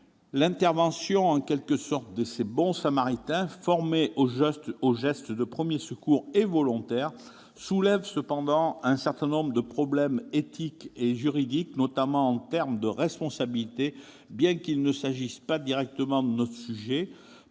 L'intervention de ces « bons Samaritains » formés aux gestes de premiers secours et volontaires soulève cependant un certain nombre de problèmes éthiques et juridiques, notamment en matière de responsabilité. Bien qu'il ne s'agisse pas directement de notre sujet,